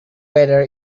weather